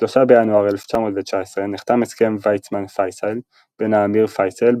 ב-3 בינואר 1919 נחתם הסכם ויצמן-פייסל בין האמיר פייסל,